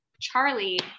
Charlie